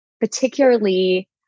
particularly